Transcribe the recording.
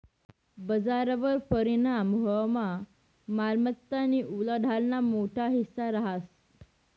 बजारवर परिणाम व्हवामा मालमत्तानी उलाढालना मोठा हिस्सा रहास